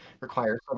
requires